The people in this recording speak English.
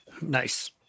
Nice